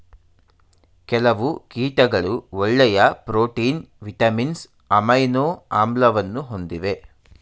ಕೆಲವು ಕೀಟಗಳು ಒಳ್ಳೆಯ ಪ್ರೋಟೀನ್, ವಿಟಮಿನ್ಸ್, ಅಮೈನೊ ಆಮ್ಲವನ್ನು ಹೊಂದಿವೆ